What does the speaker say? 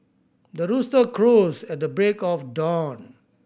the rooster crows at the break of dawn